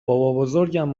بابابزرگم